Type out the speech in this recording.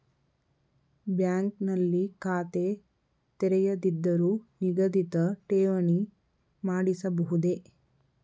Bank ನಲ್ಲಿ ಖಾತೆ ತೆರೆಯದಿದ್ದರೂ ನಿಗದಿತ ಠೇವಣಿ ಮಾಡಿಸಬಹುದೇ?